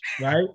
Right